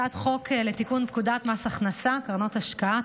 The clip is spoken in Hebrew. הצעת חוק לתיקון פקודת מס הכנסה (קרנות השקעה),